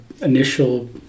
initial